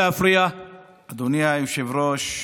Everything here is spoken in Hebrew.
אדוני היושב-ראש,